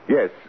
Yes